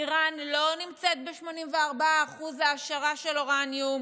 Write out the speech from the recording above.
איראן לא נמצאת ב-84% העשרה של אורניום,